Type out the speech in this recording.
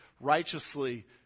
righteously